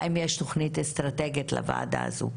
האם יש תוכנית אסטרטגית לוועדה הזו?